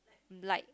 like